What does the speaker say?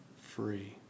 free